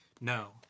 no